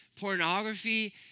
Pornography